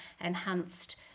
enhanced